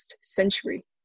century